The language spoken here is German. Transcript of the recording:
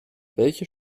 welche